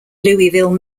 louisville